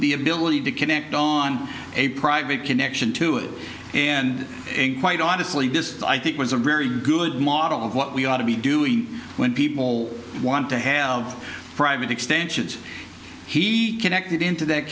the ability to connect on a private connection to it and quite honestly this i think was a very good model of what we ought to be doing when people want to have private extensions he connected into that